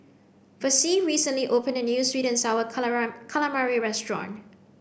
Versie recently opened a new sweet and sour calamari restaurant